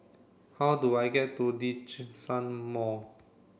how do I get to Djitsun Mall